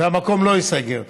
והמקום לא ייסגר.